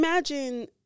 imagine